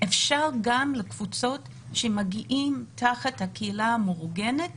אפשר גם לקבוצות שמגיעות תחת הקהילה המאורגנת.